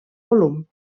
volum